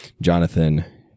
Jonathan